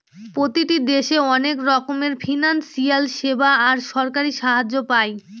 প্রতিটি দেশে অনেক রকমের ফিনান্সিয়াল সেবা আর সরকারি সাহায্য পায়